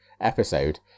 episode